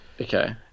Okay